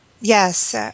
yes